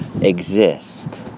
exist